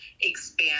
expand